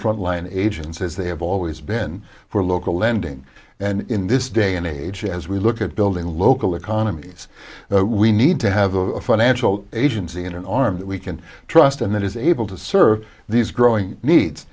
front line agents as they have always been for local lending and in this day and age as we look at building local economies we need to have a financial agency and an arm that we can trust and that is able to serve these growing needs